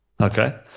Okay